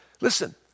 Listen